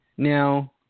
Now